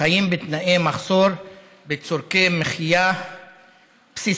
חיים בתנאי מחסור בצורכי מחיה בסיסיים.